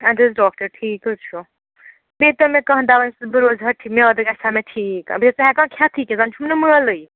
اَدٕ حظ ڈاکٹر ٹھیٖک حظ چھُ بیٚیہِ دِتو مےٚ کانہہ دوہ ییٚمہِ سۭتۍ بہٕ روزٕ ہا مِیادٕ گژھِ ہا ٹھیٖک بہٕ چھَس نہٕ ہٮ۪کان کھٮ۪تھٕے کیٚنہہ زَن چھُم نہٕ مٲلٕے